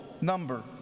number